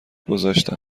گذاشتم